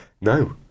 No